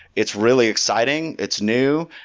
it's really exciting, it's new,